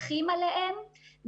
מפקחים עליהן,